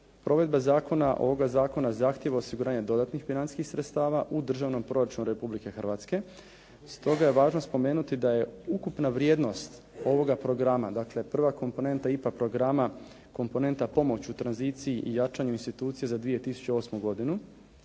provedba zakona, ovoga zakona zahtijeva osiguranje dodatnih financijskih sredstava u Državnom proračunu Republike Hrvatske. Stoga je važno spomenuti da je ukupna vrijednost ovoga programa, dakle prva komponenta IPA programa komponenta Pomoć u tranziciji i jačanju institucija za 2008. godinu